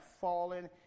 fallen